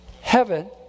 heaven